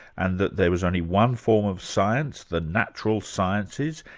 and that there was only one form of science, the natural sciences.